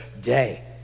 day